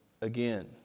again